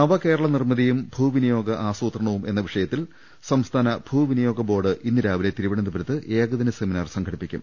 നവകേരള നിർമ്മിതിയും ഭൂവിനിയോഗ ആസൂത്രണവും എന്ന വിഷയത്തിൽ സംസ്ഥാന ഭൂവിനിയോഗം ബോർഡ് ഇന്ന് രാവിലെ തിരുവനന്തപുരത്ത് ഏകദിന സെമിനാർ സംഘടിപ്പിക്കും